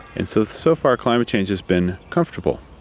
and so so far climate change has been comfortable.